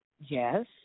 Yes